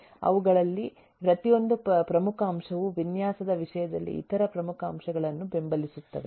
ಅವುಗಳಲ್ಲಿ ಪ್ರತಿಯೊಂದು ಪ್ರಮುಖ ಅಂಶವೂ ವಿನ್ಯಾಸದ ವಿಷಯದಲ್ಲಿ ಇತರ ಪ್ರಮುಖ ಅಂಶಗಳನ್ನು ಬೆಂಬಲಿಸುತ್ತವೆ